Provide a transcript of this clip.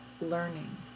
learning